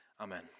Amen